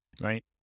Right